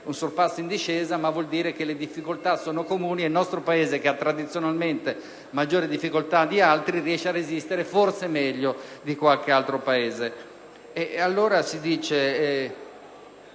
un sorpasso in discesa, ma che sta a significare che le difficoltà sono comuni e il nostro Paese, che ha tradizionalmente maggiori difficoltà, riesce a resistere forse meglio di qualche altro Paese.